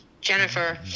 jennifer